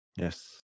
Yes